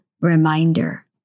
reminder